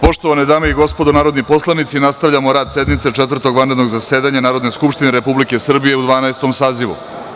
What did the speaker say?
Poštovane dame i gospodo narodni poslanici, nastavljamo rad sednice Četvrtog vanrednog zasedanja Narodne skupštine Republike Srbije u Dvanaestom sazivu.